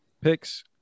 picks